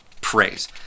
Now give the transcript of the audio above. praise